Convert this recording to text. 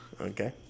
Okay